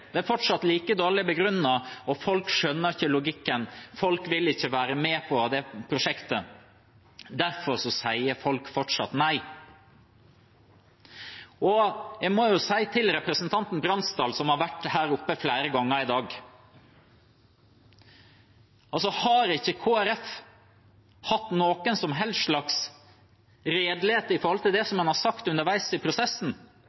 det er fortsatt like dårlig begrunnet, og folk skjønner ikke logikken, folk vil ikke være med på det prosjektet. Derfor sier folk fortsatt nei. Jeg må si til representanten Bransdal, som har vært her oppe flere ganger i dag: Har ikke Kristelig Folkeparti hatt noen som helst slags redelighet med hensyn til det man har sagt underveis i prosessen